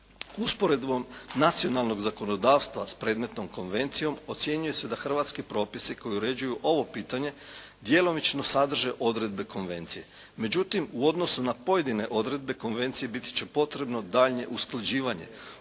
Usporedbom nacionalnog zakonodavstva s predmetnom konvencijom ocjenjuje se da hrvatski propisi koji uređuju ovo pitanje djelomično sadrže odredbe konvencije. Međutim, u odnosu na pojedine odredbe konvencije biti će potrebno daljnje usklađivanje,